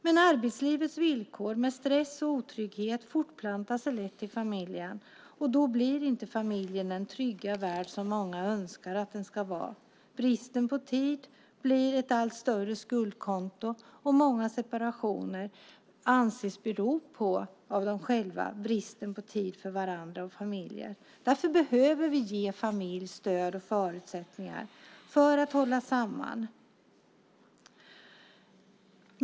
Men arbetslivets villkor, stress och otrygghet fortplantas lätt i en familj, och då blir inte familjen den trygga värld som många önskar att den ska vara. Bristen på tid blir ett allt större skuldkonto, och många separationer anses bero på bristen på tid för varandra och familjen. Därför behöver vi ge familjer stöd och förutsättningar för att hålla samman.